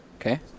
Okay